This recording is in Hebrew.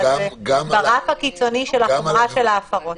אבל זה ברף הקיצוני של החומרה של ההפרות.